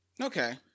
Okay